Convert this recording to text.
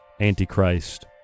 antichrist